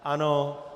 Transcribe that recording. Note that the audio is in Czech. Ano.